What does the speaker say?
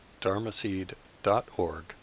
dharmaseed.org